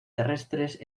terrestres